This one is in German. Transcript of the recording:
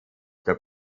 der